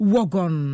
Wagon